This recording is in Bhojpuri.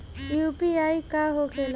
यू.पी.आई का होखेला?